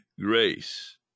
grace